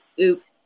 oops